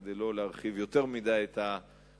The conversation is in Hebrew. כדי לא להרחיב יותר מדי את המחלוקות,